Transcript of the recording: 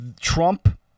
Trump